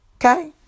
Okay